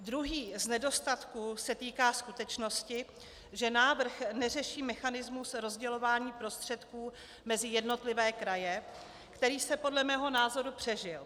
Druhý z nedostatků se týká skutečnosti, že návrh neřeší mechanismus rozdělování prostředků mezi jednotlivé kraje, který se podle mého názoru přežil.